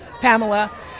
Pamela